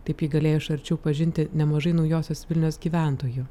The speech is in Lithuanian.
taip ji galėjo iš arčiau pažinti nemažai naujosios vilnios gyventojų